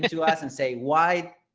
but us and say why?